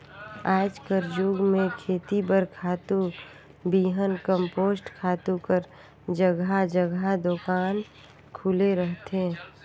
आएज कर जुग में खेती बर खातू, बीहन, कम्पोस्ट खातू कर जगहा जगहा दोकान खुले रहथे